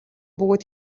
бөгөөд